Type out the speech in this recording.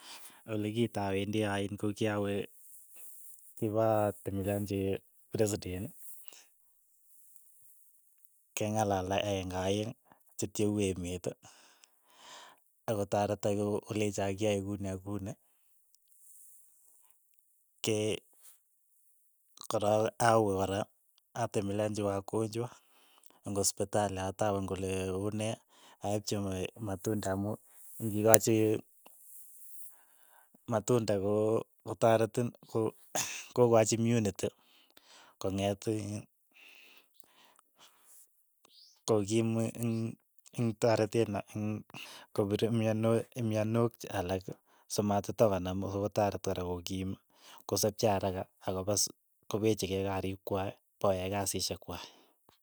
Ole kitawendi aiin ko kyawe kipatembeleanchi presiden, keng'alal aeng'e aeng. chit che uu emeet, ako tareto ko- kolecho ki yae kuni ak uni, ke kora awe kora atembeleanchi wagonjwa eng' hospitali atapen kole unee, aipchi ma- matundeek amu ng'ikochi matunde ko kotaretin ko kokaach imyuniti kong'et iin ko kiim eng' eng' toretet no ing' kopire myonwek myonok che alak so matitokonam ak akotareti kora kokiim kosapcha araka ako pa suk kopechi kei kariik kwai pokoyai kasishek kwai.